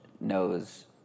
knows